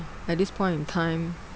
like this point in time